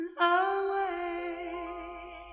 away